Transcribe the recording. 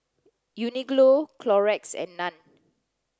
Uniqlo Clorox and Nan